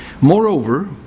Moreover